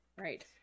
Right